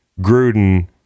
Gruden